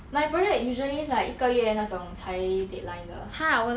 my project usually is like 一个月那种才 deadline 的